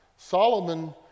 Solomon